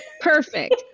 perfect